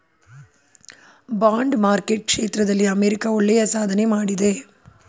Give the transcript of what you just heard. bond market ಕ್ಷೇತ್ರದಲ್ಲಿ America ಒಳ್ಳೆಯ ಸಾಧನೆ ಮಾಡಿದೆ